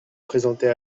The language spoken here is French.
présenter